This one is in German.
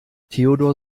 theodor